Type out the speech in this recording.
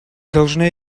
должны